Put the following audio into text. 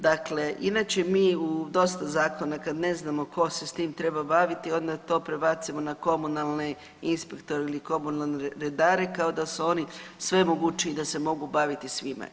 Dakle, inače mi u dosta zakona kad ne znamo tko se s tim treba baviti, onda to prebacimo na komunalne inspektore ili komunalne redare kao da su oni svemogući i da se mogu baviti svime.